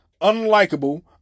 unlikable